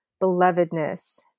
belovedness